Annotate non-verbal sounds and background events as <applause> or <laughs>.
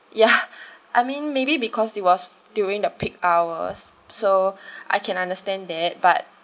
ya <laughs> I mean maybe because it was during the peak hours so <breath> I can understand that but